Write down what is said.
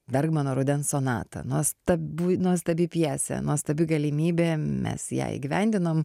bergmano rudens sonatą nuostabu nuostabi pjesė nuostabi galimybė mes ją įgyvendinom